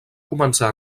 començar